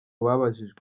babajijwe